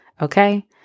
Okay